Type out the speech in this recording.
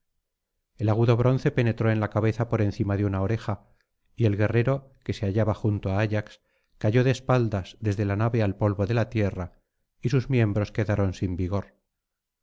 el agudo bronce penetró en la cabeza por encima de una oreja y el guerrero que se hallaba junto á ayax cayó de espaldas desde la nave al polvo de la tierra y sus miembros quedaron sin vigor